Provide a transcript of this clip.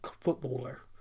footballer